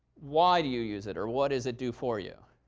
why do you use it? or what does it do for you?